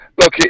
Look